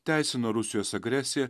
teisino rusijos agresiją